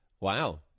Wow